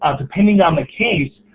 um depending on the case,